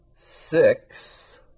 six